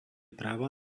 práva